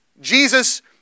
Jesus